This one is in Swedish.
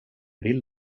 vill